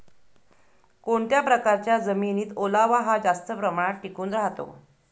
कोणत्या प्रकारच्या जमिनीत ओलावा हा जास्त प्रमाणात टिकून राहतो?